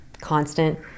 constant